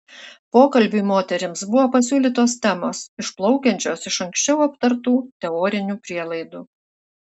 pokalbiui moterims buvo pasiūlytos temos išplaukiančios iš anksčiau aptartų teorinių prielaidų